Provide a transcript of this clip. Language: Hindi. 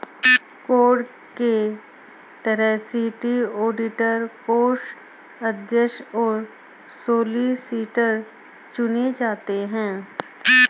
कोड के तहत सिटी ऑडिटर, कोषाध्यक्ष और सॉलिसिटर चुने जाते हैं